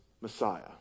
Messiah